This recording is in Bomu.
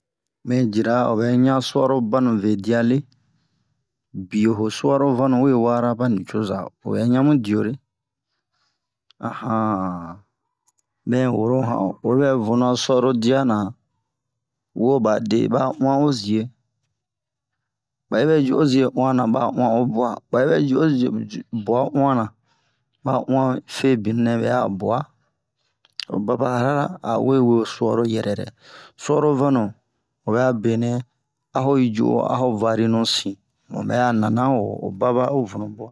Mɛ jira o bɛ ɲa su'aro banu be diya le biyo ho su'aro vanu we wara ba nicoza o bɛ ɲa mu diyo re mɛ woro mu han o oyi bɛ vunu'a su'aro diya na wobade ba uwan o ziye ba yibɛ ju o ziye uwan na ba uwan o bwa ba yibɛ ju o ziye bwa uwan na ba uwan febinu nɛ bɛ a bwa o baba arara a'o we we su'aro yɛrɛrɛ su'aro vanu ho bɛ'a benɛ a ho i ju o a ho varinu sin mu bɛ'a nana wo o baba o vunu bwa